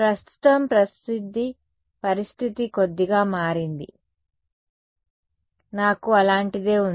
ప్రస్తుతం పరిస్థితి కొద్దిగా మారింది నాకు అలాంటిదే ఉంది